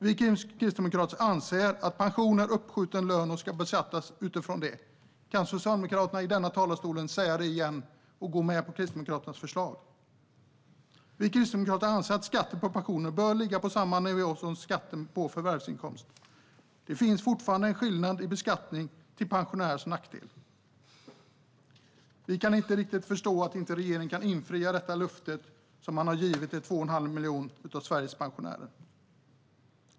Vi kristdemokrater anser att pension är uppskjuten lön och ska beskattas utifrån det. Kan Socialdemokraterna i denna talarstol säga det igen och gå med på Kristdemokraternas förslag? Vi kristdemokrater anser att skatten på pensioner bör ligga på samma nivå som skatten på förvärvsinkomster. Det finns fortfarande en skillnad i beskattning till pensionärernas nackdel. Vi kan inte riktigt förstå att regeringen inte kan infria detta löfte som man har givit till 2,5 miljoner av Sveriges pensionärer.